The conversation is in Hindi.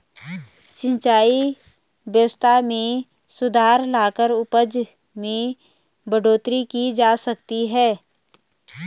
सिंचाई व्यवस्था में सुधार लाकर उपज में बढ़ोतरी की जा सकती है